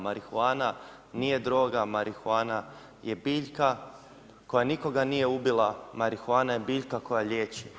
Marihuana nije droga, marihuana je biljka koja nikoga nije ubila, marihuana je biljka koja liječi.